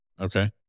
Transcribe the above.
Okay